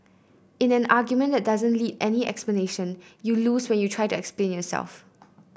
in an argument that doesn't need any explanation you lose when you try to explain yourself